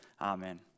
amen